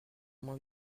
moins